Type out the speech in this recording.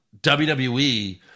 WWE